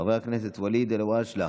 חבר הכנסת ואליד אלהואשלה,